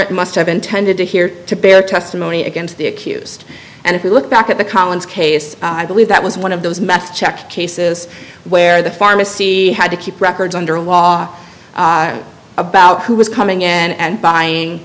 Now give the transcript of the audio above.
declarant must have been tended to here to bear testimony against the accused and if you look back at the collins case i believe that was one of those mats check cases where the pharmacy had to keep records under law about who was coming in and buying